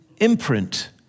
imprint